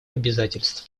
обязательств